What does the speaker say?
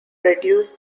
reduce